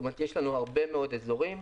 כלומר יש לנו הרבה מאוד אזורים.